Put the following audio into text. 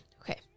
Okay